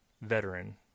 veteran